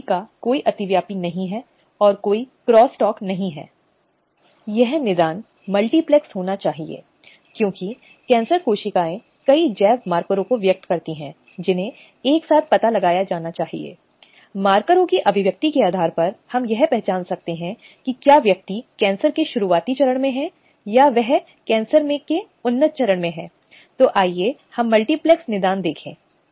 slide समय देखें 1339 इसके अतिरिक्त धारा 3 में आगे कहा गया है कि परिभाषा के अलावा अगर इनमें से कोई भी परिस्थिति है जिसमें अधिमान्य उपचार का वादा हानिकारक उपचार का खतरा वर्तमान या भविष्य के रोजगार के बारे में खतरा उसके काम में बाधा या डराना आक्रामक या शत्रुतापूर्ण कार्य वातावरण या ऐसे सभी मामलों में अपमानजनक उपचार जो यौन उत्पीड़न शब्द को भी योग्य बनाते हैं